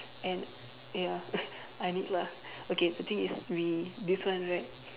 and ya I need lah okay the thing is we this one right